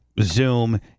Zoom